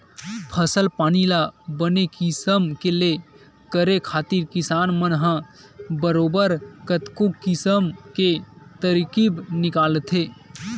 फसल पानी ल बने किसम ले करे खातिर किसान मन ह बरोबर कतको किसम के तरकीब निकालथे